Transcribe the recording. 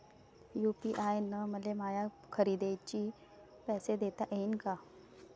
UPI न मले माया खरेदीचे पैसे देता येईन का?